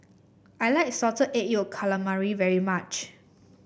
I like Salted Egg Yolk Calamari very much